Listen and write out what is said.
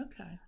Okay